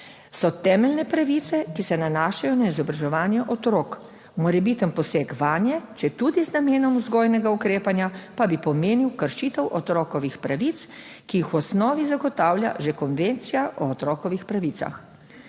so temeljne pravice, ki se nanašajo na izobraževanje otrok. Morebiten poseg vanje, četudi z namenom vzgojnega ukrepanja, pa bi pomenil kršitev otrokovih pravic, ki jih v osnovi zagotavlja že Konvencija o otrokovih pravicah.